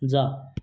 जा